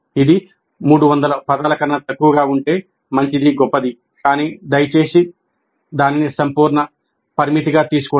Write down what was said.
ఇది 300 పదాల కన్నా తక్కువ ఉంటే గొప్పది కానీ దయచేసి దానిని సంపూర్ణ పరిమితిగా తీసుకోకండి